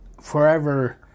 forever